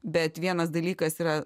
bet vienas dalykas yra